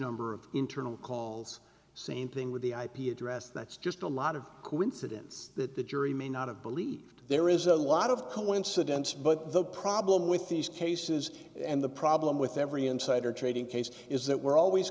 number of internal calls same thing with the ip address that's just a lot of coincidence that the jury may not have believed there is a lot of coincidence but the problem with these cases and the problem with every insider trading case is that we're always